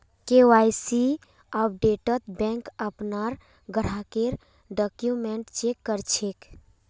KYC अपडेटत bank अपनार ग्राहकेर डॉक्यूमेंट चेक कर छेक